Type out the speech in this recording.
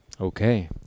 Okay